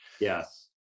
Yes